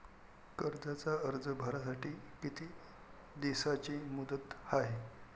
कर्जाचा अर्ज भरासाठी किती दिसाची मुदत हाय?